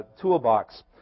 toolbox